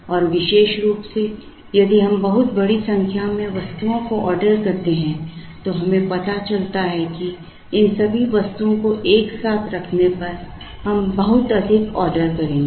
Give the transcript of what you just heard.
और विशेष रूप से यदि हम बहुत बड़ी संख्या में वस्तुओं को ऑर्डर करते हैं तो हमें पता चलता है कि इन सभी वस्तुओं को एक साथ रखने पर हम बहुत अधिक ऑर्डर करेंगे